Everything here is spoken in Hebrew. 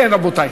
מהצעה להצעה.